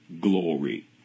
glory